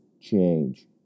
change